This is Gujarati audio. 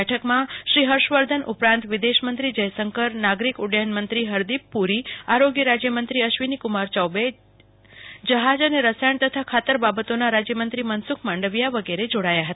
બેઠકમાં શ્રી હર્ષ વર્ધન ઉપરાંત વિદેશમંત્રી જયશંકર નાગરિક ઉડ્ડયન મંત્રી હરદીપ પુરી આરોગ્ય રાજ્યમંત્રી અશ્વિનીકુમાર ચૌબે જહાજ અને રસાયણ તથા ખાતર બાબતોના રાજ્યમંત્રી મનસુખ માંડવીયા વગેરે જોડાયા હતા